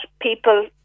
people